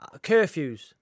Curfews